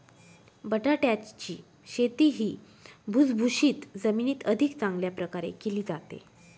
बटाट्याची शेती ही भुसभुशीत जमिनीत अधिक चांगल्या प्रकारे केली जाते